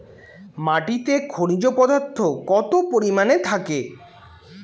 মাটিতে খনিজ পদার্থ কত পরিমাণে থাকে?